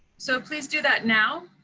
so please do that now.